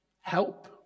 help